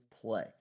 play